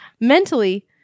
mentally